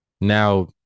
now